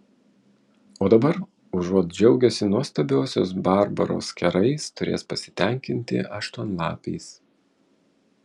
o dabar užuot džiaugęsi nuostabiosios barbaros kerais turės pasitenkinti aštuonlapiais